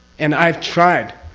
and i've tried,